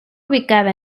ubicada